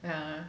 yeah